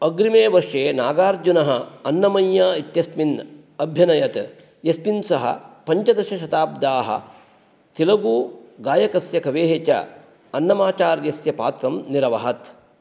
अग्रिमे वर्षे नागार्जुनः अन्नमय्या इत्यस्मिन् अभ्यनयत् यस्मिन् सः पञ्चदशशताब्द्याः तेलुगुगायकस्य कवेः च अन्नमाचार्यस्य पात्रं निरवहत्